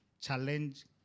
challenge